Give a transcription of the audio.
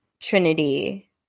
Trinity